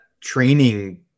training